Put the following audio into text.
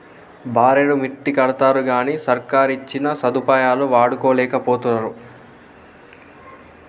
బారెడు మిత్తికడ్తరుగని సర్కారిచ్చిన సదుపాయాలు వాడుకోలేకపోతరు